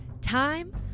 Time